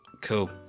Cool